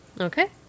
Okay